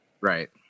Right